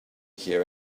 here